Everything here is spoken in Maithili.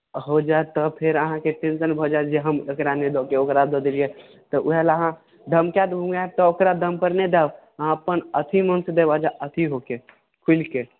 हो जायत तऽ फेर अहाँकेँ टेंशन भऽ जायत जे हम एकरा नहि दऽ कऽ ओकरा दऽ देलियै तऽ उएह लए अहाँ धमकायत वमकायत तऽ ओकरा दमपर नहि देब अहाँ अपन अथि मोनसँ देब अथि हो कऽ खुलि कऽ